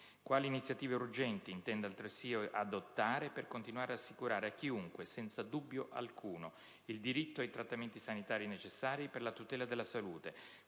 quali iniziative urgenti intenda altresì adottare per continuare ad assicurare a chiunque, senza dubbio alcuno, il diritto ai trattamenti sanitari necessari per la tutela della salute